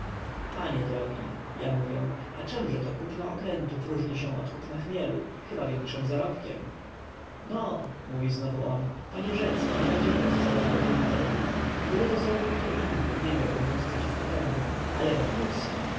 panie drogi ja mówię a czemże kupno okrętów różni się od kupna chmielu chyba większym zarobkiem no mówi znowu on panie rzecki nie będziemy rozprawiali o tej materyi gdyby to zrobił kto inny nie miałbym nic przeciw temu ale wokulski